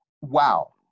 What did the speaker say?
wow